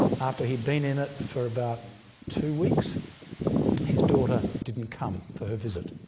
after he'd been in it for about two weeks his daughter didn't come for her visit